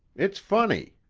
it's funny.